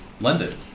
London